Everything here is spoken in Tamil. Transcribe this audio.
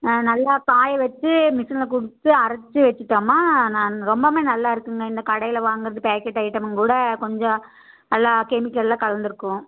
நல்லா காய வச்சி மிசினில் கொடுத்து அரைச்சு வச்சிவிட்டோமா ந ரொம்பவுமே நல்லா இருக்குங்க இந்த கடையில் வாங்கறது பேக்கெட் ஐட்டமும் கூட கொஞ்சம் நல்லா கெமிக்கல்லாம் கலந்துருக்கும்